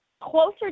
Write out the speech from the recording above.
closer